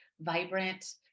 vibrant